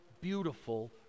beautiful